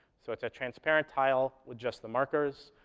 so it's a transparent tile with just the markers,